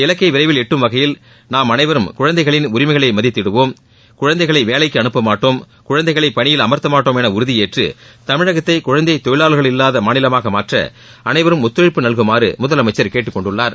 இலக்கை விரைவில் எட்டும் வகையில் நாம் அனைவரும் குழந்தைகளின் இந்த உரிமைகளை மதித்திடுவோம் குழந்தைகளை வேலைக்கு அனுப்பமாட்டோம் குழந்தைகளை பணியில் அமர்த்தமாட்டோம் என உறுதியேற்று தமிழகத்தை குழந்தை தொழிலாளர் இல்லாத மாநிலமாக மாற்ற அனைவரும் ஒத்துழைப்பு நல்குமாறு முதலமைச்சர் கேட்டுக்கொண்டுள்ளார்